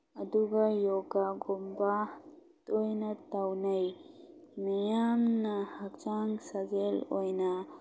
ꯑꯗꯨꯒ ꯌꯣꯒ ꯒꯨꯝꯕ ꯇꯣꯏꯅ ꯇꯧꯅꯩ ꯃꯤꯌꯥꯝꯅ ꯍꯛꯆꯥꯡ ꯁꯥꯖꯦꯜ ꯑꯣꯏꯅ